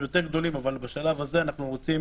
גדולים יותר אבל בשלב הזה אנחנו רוצים